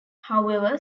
however